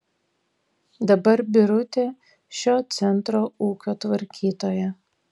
dabar birutė šio centro ūkio tvarkytoja